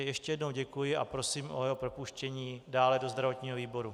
Ještě jednou děkuji a prosím o jeho propuštění dále do zdravotního výboru.